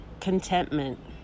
contentment